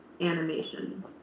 animation